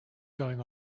going